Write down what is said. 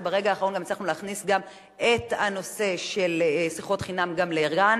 שברגע האחרון הצלחנו להכניס גם את הנושא של שיחות חינם גם לער"ן,